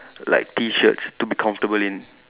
like T shirts to be comfortable in